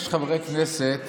יש חברי כנסת